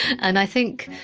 and i think,